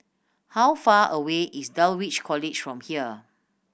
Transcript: how far away is Dulwich College from here